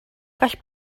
gall